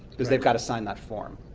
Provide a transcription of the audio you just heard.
because they've got to sign that form